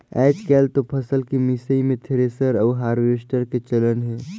आयज कायल तो फसल के मिसई मे थेरेसर अउ हारवेस्टर के चलन हे